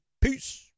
Peace